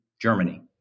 Germany